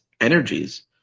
energies